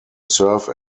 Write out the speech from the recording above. serve